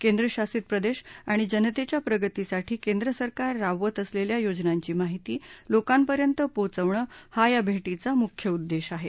केंद्रशासित प्रदेश आणि जनतेच्या प्रगतीसाठी केंद्र सरकार राबवत असलेल्या योजनांची माहिती लोकांपर्यंत पोचवणं हा या भेटीचा मुख्य उद्देश आहे